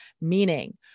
meaning